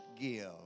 give